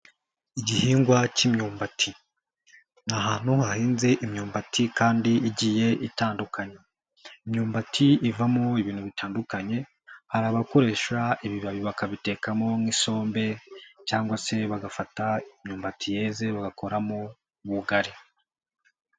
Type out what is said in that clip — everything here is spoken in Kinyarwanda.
Igihingwa cy'imyumbati ni ahantu hahinze imyumbati kandi igiye itandukanye. Imyumbati ivamo ibintu bitandukanye, hari abakoresha ibibabi bakabitekamo nk'isombe, cyangwa se bagafata imyumbati yeze bagakoramo ubugari.